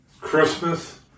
Christmas